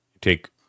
take